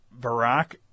Barack